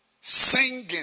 singing